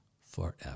forever